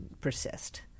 persist